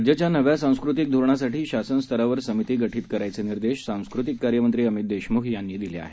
राज्याच्या नव्या सांस्कृतिक धोरणासाठी शासन स्तरावर समिती गठीत करायचे निर्देश सांस्कृतिक कार्य मंत्री अमित देशमुख यांनी दिले आहेत